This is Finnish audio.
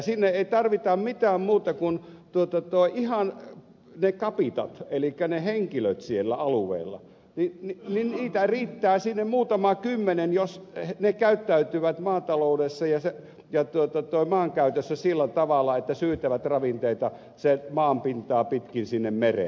sinne ei tarvita mitään muuta kuin ihan ne capitat elikkä ne henkilöt siellä alueella niitä riittää sinne muutama kymmenen jos he käyttäytyvät maataloudessa ja maankäytössä sillä tavalla että syytävät ravinteita maan pintaa pitkin sinne mereen